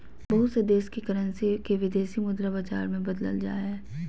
बहुत से देश के करेंसी के विदेशी मुद्रा बाजार मे बदलल जा हय